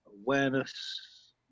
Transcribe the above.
awareness